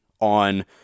on